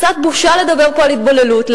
קצת בושה לדבר על התבוללות פה.